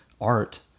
art